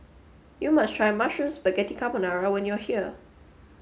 you must try Mushroom Spaghetti Carbonara when you are here